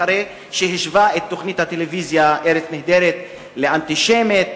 אחרי שהשווה את תוכנית הטלוויזיה "ארץ נהדרת" לאנטישמית,